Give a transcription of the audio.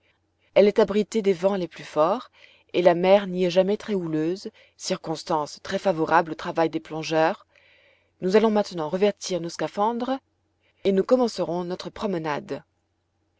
elle est abritée des vents les plus forts et la mer n'y est jamais très houleuse circonstance très favorable au travail des plongeurs nous allons maintenant revêtir nos scaphandres et nous commencerons notre promenade